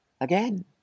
again